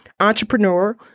entrepreneur